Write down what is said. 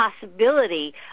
possibility